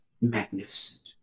magnificent